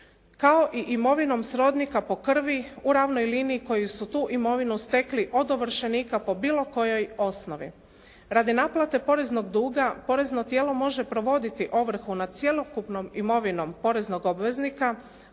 kao i imovinom srodnika po krvi u ravnoj liniji koji su tu imovinu stekli od ovršenika po bilo kojoj osnovi. Radi naplate poreznog duga, porezno tijelo može provoditi ovrhu nad cjelokupnom imovinom poreznog obveznika,